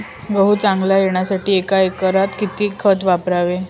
गहू चांगला येण्यासाठी एका एकरात किती खत वापरावे?